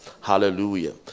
Hallelujah